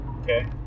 Okay